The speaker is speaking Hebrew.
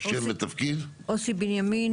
אוסי בנימין,